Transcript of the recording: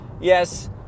Yes